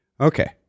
Okay